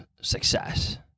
success